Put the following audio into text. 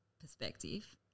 perspective